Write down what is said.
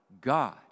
God